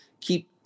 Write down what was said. keep